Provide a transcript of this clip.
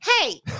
Hey